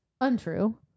untrue